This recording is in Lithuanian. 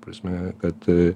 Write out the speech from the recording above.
prasme kad